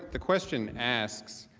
the question asks